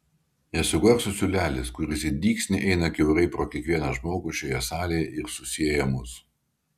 esu garso siūlelis kuris it dygsniai eina kiaurai pro kiekvieną žmogų šioje salėje ir susieja mus